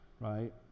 Right